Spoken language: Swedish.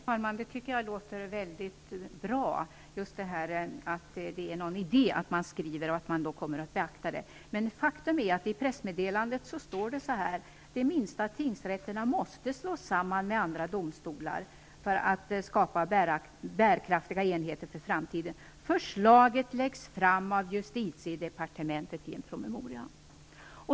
Herr talman! Det tycker jag låter mycket bra. Det blir då någon idé med att man skriver svar, om det kommer att beaktas. Men faktum är att det i pressmeddelandet står att de minsta tingsrätterna måste slås samman med andra domstolar för att skapa bärkraftiga enheter för framtiden. Förslaget läggs fram av justitiedepartementet i en promemoria.